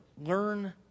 learn